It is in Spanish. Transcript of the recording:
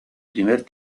primer